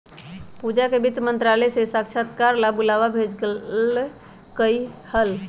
पूजा के वित्त मंत्रालय से साक्षात्कार ला बुलावा भेजल कई हल